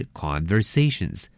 conversations